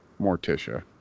Morticia